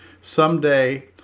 Someday